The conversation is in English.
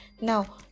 now